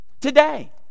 today